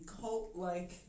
cult-like